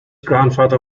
grandfather